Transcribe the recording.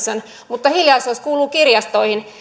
mutta hiljaisuus kuuluu kirjastoihin